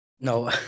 No